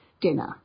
dinner